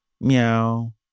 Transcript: meow